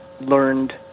learned